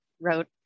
wrote